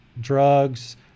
drugs